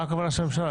מה הכוונה של הממשלה?